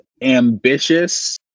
ambitious